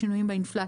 לשינויים באינפלציה.